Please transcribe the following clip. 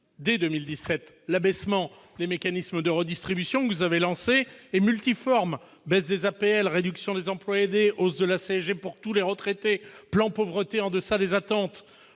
dès 2017. L'abaissement des mécanismes de redistribution est multiforme : baisse des APL, réduction des emplois aidés, hausse de la CSG pour tous les retraités, plan Pauvreté en deçà des attentes.